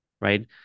right